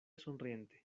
sonriente